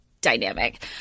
dynamic